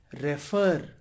refer